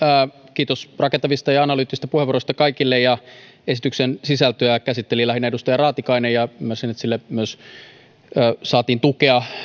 kiitos rakentavista ja analyyttisista puheenvuoroista kaikille esityksen sisältöä käsitteli lähinnä edustaja raatikainen ja ymmärsin että saatiin myös tukea